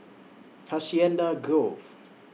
Hacienda Grove